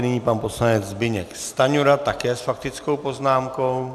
Nyní pan poslanec Zbyněk Stanjura také s faktickou poznámkou.